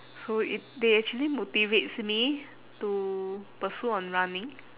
so it they actually motivates me to pursue on running